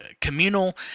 communal